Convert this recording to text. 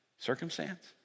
Circumstance